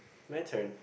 my turn